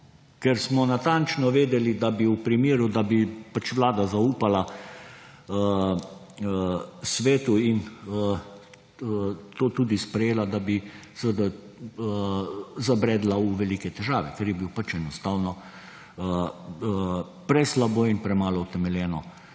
Ker smo natančno vedeli, da bi v primeru, da bi Vlada zaupala Svetu in to tudi sprejela, da bi seveda zabredla v velike težave, ker je bil pač enostavno preslabo in premalo utemeljeno